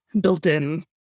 built-in